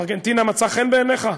ארגנטינה מצא חן בעיניך?